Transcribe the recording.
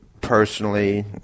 personally